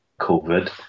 COVID